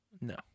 No